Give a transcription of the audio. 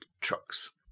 trucks